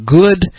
good